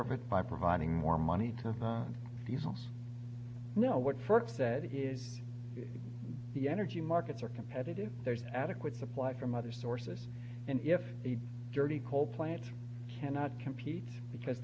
of it by providing more money to people know what first said it is the energy markets are competitive there's adequate supply from other sources and if the dirty coal plants cannot compete because